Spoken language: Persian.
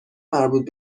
مربوط